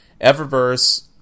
Eververse